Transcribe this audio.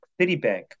Citibank